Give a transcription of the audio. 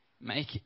Make